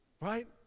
Right